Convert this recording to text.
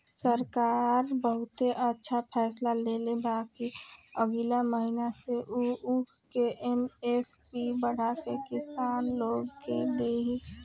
सरकार बहुते अच्छा फैसला लेले बा कि अगिला महीना से उ ऊख के एम.एस.पी बढ़ा के किसान लोग के दिही